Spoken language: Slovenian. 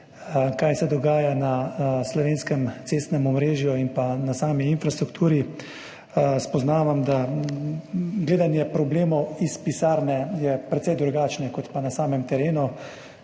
kaj se dogaja na slovenskem cestnem omrežju in na sami infrastrukturi, spoznavam, da je gledanje problemov iz pisarne precej drugačno kot pa na samem terenu.